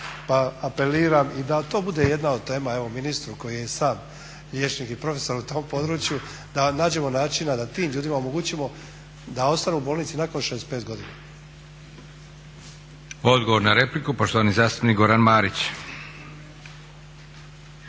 Pa apeliram i da to bude jedna od tema, evo ministru koji je i sam liječnik i profesor u tom području da nađemo načina da tim ljudima omogućimo da ostanu u bolnici i nakon 65 godina. **Leko, Josip (SDP)** Odgovor na repliku poštovani zastupnik Goran Marić.